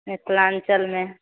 मिथिलाञ्चलमे